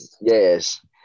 Yes